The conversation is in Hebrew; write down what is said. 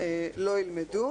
לא ילמדו.